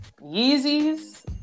Yeezys